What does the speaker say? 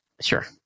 Sure